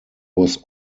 was